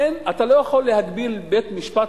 אתה לא יכול להגביל בית-משפט,